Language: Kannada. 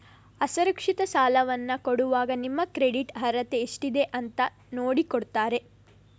ಅಸುರಕ್ಷಿತ ಸಾಲವನ್ನ ಕೊಡುವಾಗ ನಿಮ್ಮ ಕ್ರೆಡಿಟ್ ಅರ್ಹತೆ ಎಷ್ಟಿದೆ ಅಂತ ನೋಡಿ ಕೊಡ್ತಾರೆ